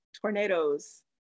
tornadoes